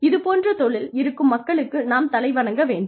இது போன்ற தொழில் இருக்கும் மக்களுக்கு நாம் தலை வணங்க வேண்டும்